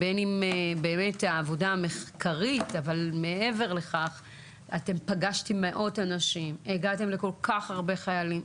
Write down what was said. מעבר לעבודה המחקרית אתם פגשתם מאוד אנשים והגעתם לכל כך הרבה חיילים.